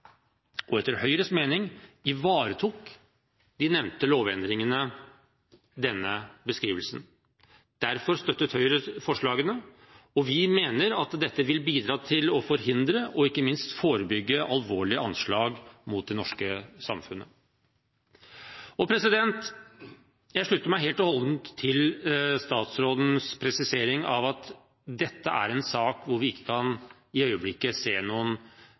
Etter Høyres mening ivaretok de nevnte lovendringene denne beskrivelsen. Derfor støttet Høyre forslagene, og vi mener at dette vil bidra til å forhindre, og ikke minst forebygge, alvorlige anslag mot det norske samfunnet. Jeg slutter meg helt og holdent til statsrådens presisering av at dette er en sak vi i øyeblikket ikke kan sette noen sluttstrek eller trekke noen